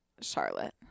Charlotte